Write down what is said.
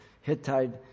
Hittite